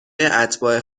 اتباع